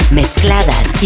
mezcladas